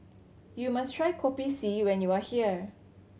you must try Kopi C when you are here